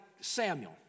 Samuel